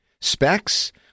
Specs